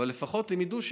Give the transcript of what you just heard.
אבל לפחות הם ידעו,